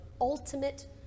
ultimate